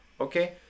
okay